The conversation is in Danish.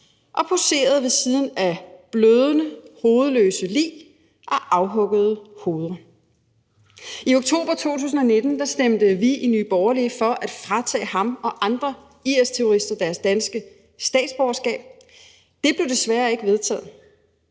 og poserede ved siden af blødende, hovedløse lig og afhuggede hoveder. I oktober 2019 stemte vi i Nye Borgerlige for at fratage ham og andre IS-terrorister deres danske statsborgerskab. Det blev desværre ikke vedtaget.